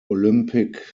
olympic